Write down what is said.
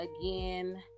again